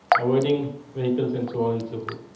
avoiding vehicles and so on and so forth.